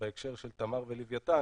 בהקשר של תמר ולווייתן.